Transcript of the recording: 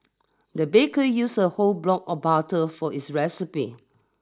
the baker used a whole block of butter for this recipe